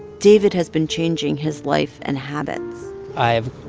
david has been changing his life and habits i've